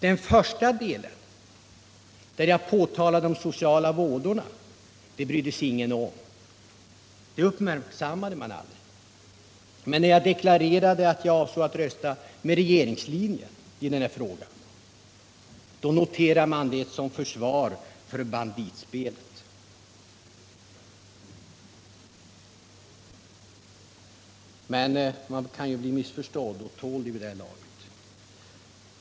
Den första delen, där jag påtalade de sociala vådorna av spelet, uppmärksammade man aldrig. Men min deklaration att jag avsåg att rösta för regeringslinjen i denna fråga noterade man som ett försvar för spelet med enarmade banditer. Jag vet att man lätt kan bli missförstådd, och jag tål det också vid det här laget.